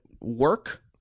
work